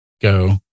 go